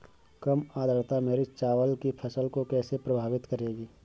कम आर्द्रता मेरी चावल की फसल को कैसे प्रभावित करेगी?